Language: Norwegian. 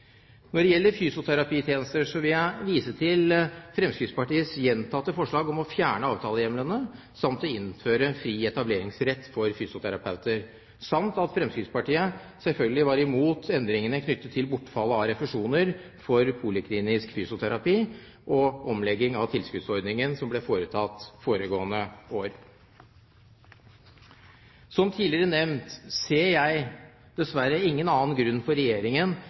Når det gjelder fysioterapitjenester, vil jeg vise til Fremskrittspartiets gjentatte forslag om å fjerne avtalehjemlene samt å innføre fri etableringsrett for fysioterapeuter. Fremskrittspartiet var selvfølgelig også imot endringene knyttet til bortfallet av refusjoner for poliklinisk fysioterapi, og omleggingen av tilskuddsordningen som ble foretatt foregående år. Som tidligere nevnt ser jeg dessverre ingen annen grunn for Regjeringen